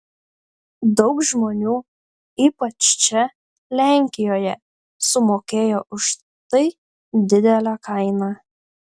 daug žmonių ypač čia lenkijoje sumokėjo už tai didelę kainą